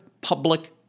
public